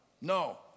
No